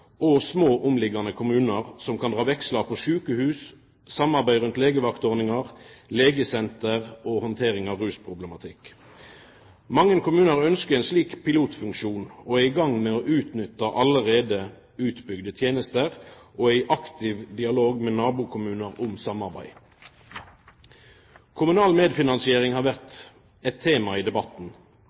og små omkringliggjande kommunar som kan dra vekslar på sjukehuset, samarbeid rundt legevaktordningar, legesenter og handtering av rusproblematikk. Mange kommunar ønskjer ein slik pilotfunksjon og er i gang med å utnytta allereie utbygde tenester og er i aktiv dialog med nabokommunar om samarbeid. Kommunal medfinansiering har vore eit tema i debatten.